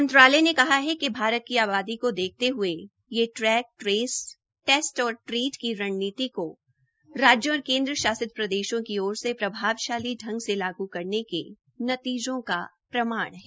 मंत्रालय ने कहा है कि भारत की आबादी को देखते हये यह ट्रैक ट्रेस टेस्ट और ट्रीट की रणनीति को राज्यों और केन्द्र शासित प्रदेशों की ओर से प्रभावशाली ढंग से लागू करने के नतीजों का प्रमाण है